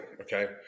okay